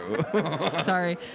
sorry